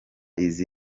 izi